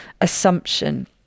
assumption